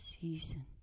season